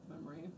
memory